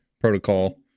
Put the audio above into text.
protocol